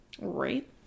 Right